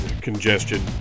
Congestion